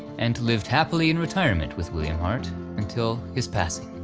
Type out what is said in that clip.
and lived happily in retirement with william hart until his passing.